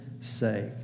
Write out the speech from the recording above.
sake